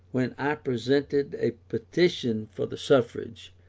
when i presented a petition for the suffrage,